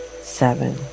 seven